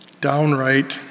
downright